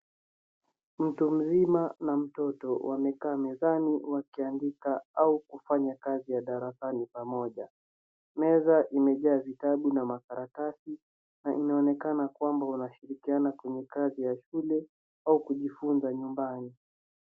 Mtu mzima na mtoto wamekaa mezani wakiandika au kufanya kazi ya darasani pamoja. Meza imejaa vitabu na makaratasi na inaonekana kwamba wanashirikiana kwenye kazi ya shule au kujifunza nyumbani.